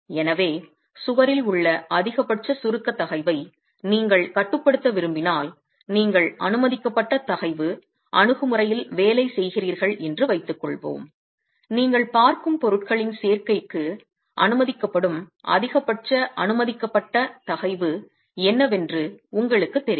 எனவே சுவரில் உள்ள அதிகபட்ச சுருக்க தகைவை நீங்கள் கட்டுப்படுத்த விரும்பினால் நீங்கள் அனுமதிக்கப்பட்ட தகைவு அணுகுமுறையில் வேலை செய்கிறீர்கள் என்று வைத்துக்கொள்வோம் நீங்கள் பார்க்கும் பொருட்களின் சேர்க்கைக்கு அனுமதிக்கப்படும் அதிகபட்ச அனுமதிக்கப்பட்ட தகைவு என்னவென்று உங்களுக்குத் தெரியும்